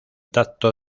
tracto